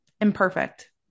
Imperfect